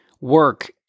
work